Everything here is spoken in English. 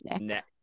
neck